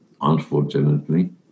Unfortunately